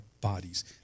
bodies